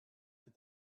that